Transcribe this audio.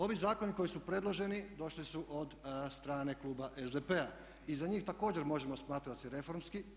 Ovi zakoni koji su predloženi došli su od strane kluba SDP-a i za njih također možemo smatrati da su reformski.